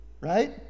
right